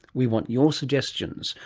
we want your suggestions.